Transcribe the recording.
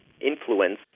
influence